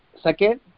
Second